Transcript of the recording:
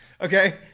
Okay